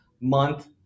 month